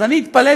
אז אני התפלאתי,